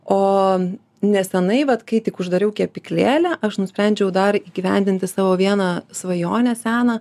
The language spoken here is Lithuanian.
o nesenai vat kai tik uždariau kepyklėlę aš nusprendžiau dar įgyvendinti savo vieną svajonę seną